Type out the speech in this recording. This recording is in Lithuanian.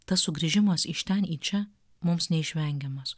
tas sugrįžimas iš ten į čia mums neišvengiamas